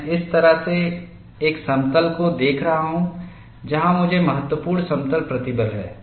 मैं इस तरह से एक समतल को देख रहा हूं जहां मुझे महत्वपूर्ण समतल प्रतिबल है